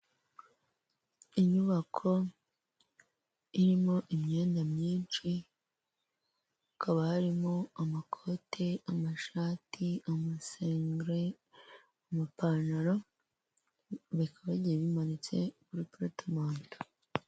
Inyubako irimo imyenda myinshi, hakaba harimo amakote, amashati, amasengeri, amapantaro, bikaba bigiye bimanitse kuri porutemanto.